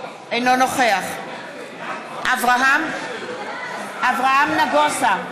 אינו נוכח אברהם נגוסה,